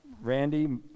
Randy